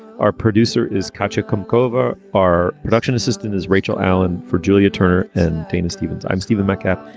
our producer is kotch kim kovar. our production assistant is rachel allen for julia turner and dana stevens i'm stephen metcalf.